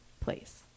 place